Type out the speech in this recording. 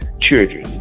children